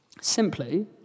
Simply